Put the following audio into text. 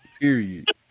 Period